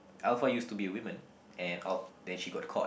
Alpha used to be a woman and uh then she got caught